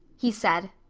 he said.